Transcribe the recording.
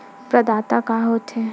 प्रदाता का हो थे?